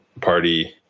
Party